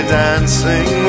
dancing